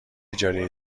اجاره